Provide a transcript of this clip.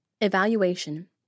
Evaluation